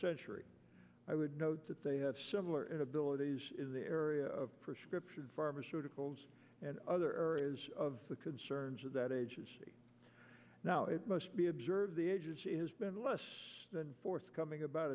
century i would note that they have similar abilities in the area of prescription pharmaceuticals and other areas of the concerns of that agency now it must be observed the agency has been less than forthcoming about